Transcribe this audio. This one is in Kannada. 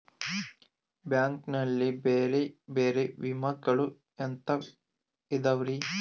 ಬ್ಯಾಂಕ್ ನಲ್ಲಿ ಬೇರೆ ಬೇರೆ ವಿಮೆಗಳು ಎಂತವ್ ಇದವ್ರಿ?